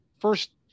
first